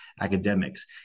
academics